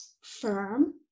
firm